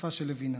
בשפה של לוינס.